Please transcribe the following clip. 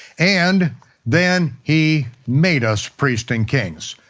and then he made us priests and kings.